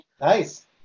Nice